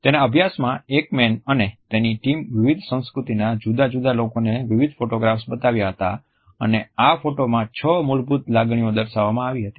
તેના અભ્યાસમાં એકમેન અને તેની ટીમે વિવિધ સંસ્કૃતિના જુદા જુદા લોકોને વિવિધ ફોટોગ્રાફ્સ બતાવ્યા હતા અને આ ફોટોમાં છ મૂળભૂત લાગણીઓ દર્શાવવામાં આવી હતી